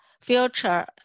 future